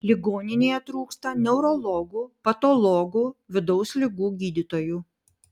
ligoninėje trūksta neurologų patologų vidaus ligų gydytojų